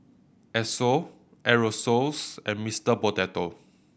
Esso Aerosoles and Mister Potato